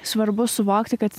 svarbu suvokti kad